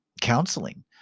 counseling